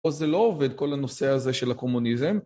פה זה לא עובד כל הנושא הזה של הקומוניזם.